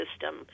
system